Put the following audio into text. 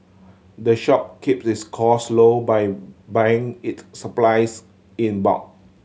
the shop keep this cost low by buying it supplies in bulk